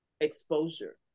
exposure